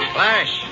Flash